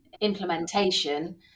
implementation